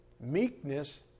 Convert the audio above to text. meekness